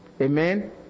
Amen